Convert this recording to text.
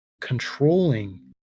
controlling